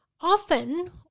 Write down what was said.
often